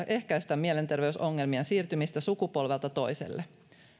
ehkäistä mielenterveysongelmien siirtymistä sukupolvelta toiselle